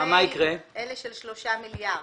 לגבי אלה של 3 מיליארד.